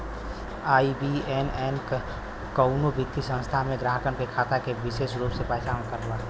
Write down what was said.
IBAN कउनो वित्तीय संस्थान में ग्राहक के खाता के विसेष रूप से पहचान करला